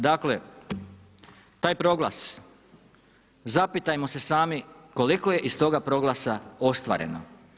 Dakle, taj proglas zapitajmo se sami koliko je iz toga proglasa ostvareno.